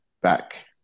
back